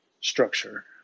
structure